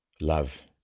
Love